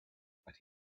but